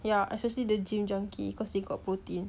yeah especially the gym junkie cause you got protein